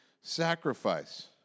sacrifice